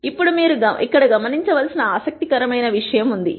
ఇప్పుడు మీరు ఇక్కడ గమనించవలసిన ఆసక్తికరమైన విషయం ఉంది